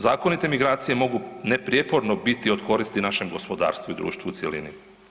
Zakonite migracije mogu neprijeporne biti od koristi našem gospodarstvu i društvu u cjelini.